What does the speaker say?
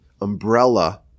umbrella